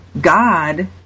God